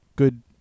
Good